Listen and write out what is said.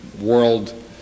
world